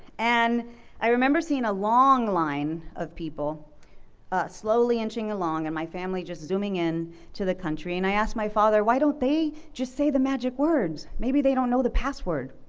and i remember seeing a long line of people slowly inching along and my family just zooming in to the country and i asked my father, why don't they just say the magic words? maybe they don't know the password.